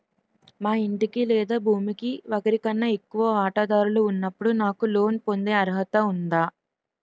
మా ఇంటికి లేదా భూమికి ఒకరికన్నా ఎక్కువ వాటాదారులు ఉన్నప్పుడు నాకు లోన్ పొందే అర్హత ఉందా?